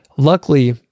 Luckily